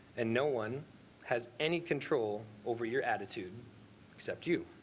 and no one has any control over your attitude except you